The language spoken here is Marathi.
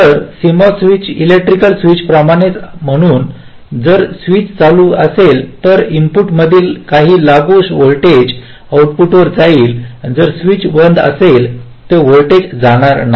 तर एक सीएमओएस स्विच इलेक्ट्रिकल स्विच प्रमाणेच आहे म्हणून जर स्विच चालू असेल तर इनपुटमधील काही लागू व्होल्टेज आउटपुटवर जाईल जर स्विच बंद असेल तर व्होल्टेज जाणार नाही